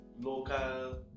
Local